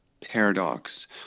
paradox